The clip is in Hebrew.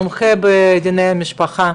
מומחה בדיני משפחה,